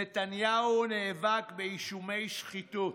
נתניהו נאבק באישומי שחיתות.